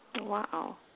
Wow